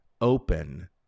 open